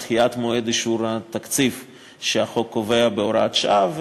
או דחיית מועד אישור התקציב שהחוק קובע בהוראת שעה,